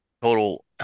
Total